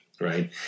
right